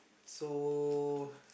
so